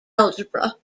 algebra